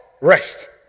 rest